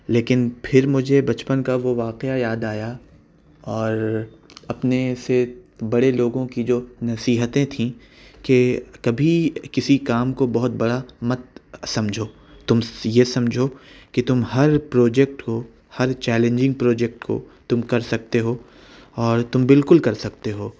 لیکن پھر مجھے بچپن کا وہ واقعہ یاد آیا اور اپنے سے بڑے لوگوں کی جو نصیحتیں تھیں کہ کبھی کسی کام کو بہت بڑا مت سمجھو تم یہ سمجھو کہ تم ہر پروجیکٹ کو ہر جیلینجنگ پروجیکٹ کو تم کر سکتے ہو اور تم بالکل کر سکتے ہو